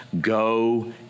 Go